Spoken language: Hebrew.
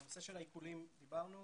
על נושא העיקולים דיברנו.